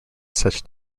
such